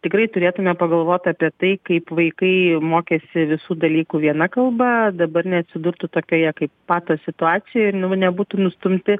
tikrai turėtume pagalvot apie tai kaip vaikai mokėsi visų dalykų viena kalba dabar neatsidurtų tokioje kaip patas situacijoj ir jau nebūtų nustumti